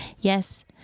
Yes